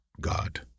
God